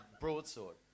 broadsword